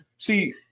See